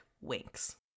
winks